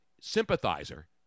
sympathizer